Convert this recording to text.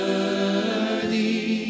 worthy